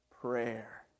prayer